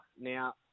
Now